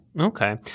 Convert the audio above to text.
Okay